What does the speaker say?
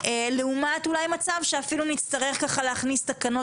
לעומת אולי מצב שאפילו נצטרך ככה להכניס תקנות